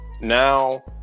now